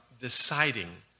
deciding